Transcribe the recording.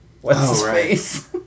what's-his-face